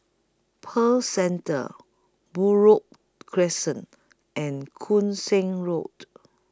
Pearl Centre Buroh Crescent and Koon Seng Road